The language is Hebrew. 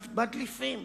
מדליפים.